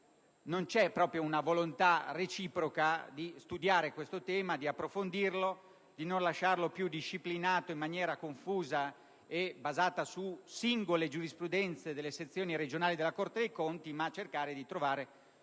non c'è una volontà reciproca di studiare il tema, di approfondirlo, di non lasciarlo più disciplinato in maniera confusa e basata su singole giurisprudenze delle sezioni regionali della Corte dei conti, ma di cercare di trovare una